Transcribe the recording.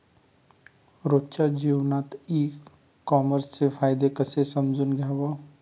रोजच्या जीवनात ई कामर्सचे फायदे कसे समजून घ्याव?